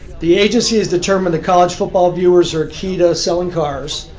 the agency is determined that college football viewers are key to selling cars.